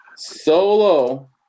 solo